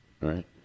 right